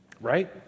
Right